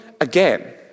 again